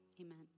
Amen